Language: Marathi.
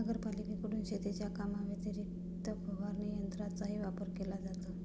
नगरपालिकेकडून शेतीच्या कामाव्यतिरिक्त फवारणी यंत्राचाही वापर केला जातो